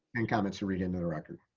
and comments you read into the record.